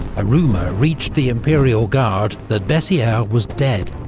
a rumour reached the imperial guard that bessieres was dead.